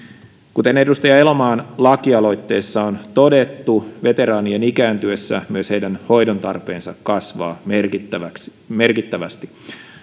kuten edustaja elomaan lakialoitteessa on todettu veteraanien ikääntyessä myös heidän hoidontarpeensa kasvaa merkittävästi merkittävästi